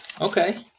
Okay